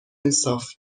انصاف